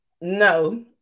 No